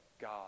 God